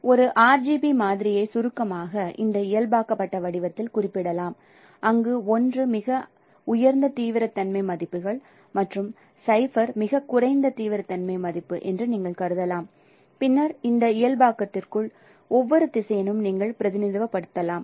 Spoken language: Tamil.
எனவே ஒரு RGB மாதிரியை சுருக்கமாக இந்த இயல்பாக்கப்பட்ட வடிவத்தில் குறிப்பிடலாம் அங்கு 1 மிக உயர்ந்த தீவிரத்தன்மை மதிப்புகள் மற்றும் 0 மிகக் குறைந்த தீவிரத்தன்மை மதிப்பு என்று நீங்கள் கருதலாம் பின்னர் அந்த இயல்பாக்கத்திற்குள் ஒவ்வொரு திசையனையும் நீங்கள் பிரதிநிதித்துவப்படுத்தலாம்